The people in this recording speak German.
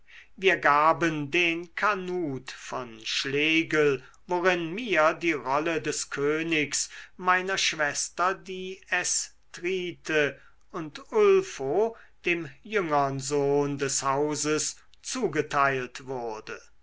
wir gaben den kanut von schlegel worin mir die rolle des königs meiner schwester die estrithe und ulfo dem jüngern sohn des hauses zugeteilt wurde